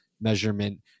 measurement